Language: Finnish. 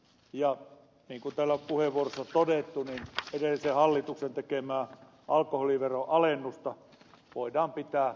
niin kuin täällä on puheenvuoroissa todettu edellisen hallituksen tekemää alkoholiveron alennusta voidaan pitää huonosti harkittuna